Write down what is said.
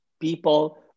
people